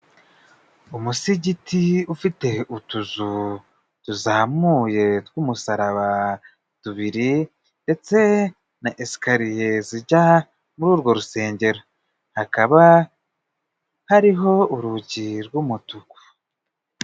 Umusigiti ufite utuzu tuzamuye tw'umusaraba tubiri, ndetse na esikariye zijya muri urwo rusengero. Hakaba hariho urugi rw'umutuku.